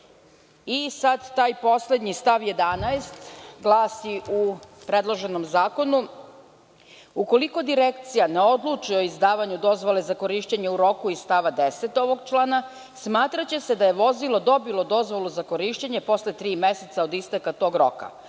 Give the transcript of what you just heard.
Sad taj poslednji stav 11. glasi u predloženom zakonu: „Ukoliko Direkcija ne odluči o izdavanju dozvole za korišćenje u roku iz stava 10. ovog člana, smatraće se da je vozilo dobilo dozvolu za korišćenje posle tri meseca od isteka tog roka.